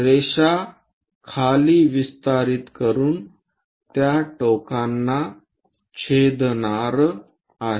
रेषा खाली विस्तारित करून त्या टोकांना छेदणार आहे